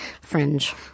fringe